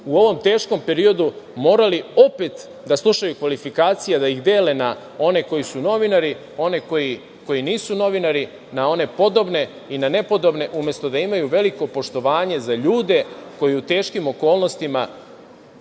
u ovom teškom periodu morali opet da slušaju kvalifikacije da ih dele na one koji su novinari, one koji nisu novinari, na one podobne i na nepodobne, umesto da imaju veliko poštovanje za ljude koji u teškim okolnostima